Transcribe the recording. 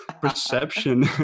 perception